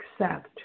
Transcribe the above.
accept